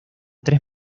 tres